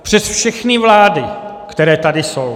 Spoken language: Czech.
Přes všechny vlády, které tady jsou.